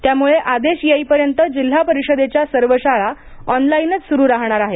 त्यामुळे आदेश येईपर्यंत जिल्हा परिषदेच्या सर्व शाळा ऑनालाइनच सुरू राहणार आहेत